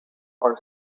are